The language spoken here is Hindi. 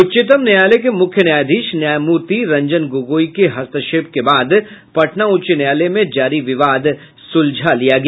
उच्चतम न्यायालय के मुख्य न्यायाधीश न्यायमूर्ति रंजन गोगोई के हस्तक्षेप के बाद पटना उच्च न्यायालय में जारी विवाद सुलझा लिया गया